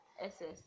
SS